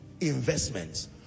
Investments